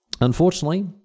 Unfortunately